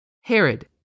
Herod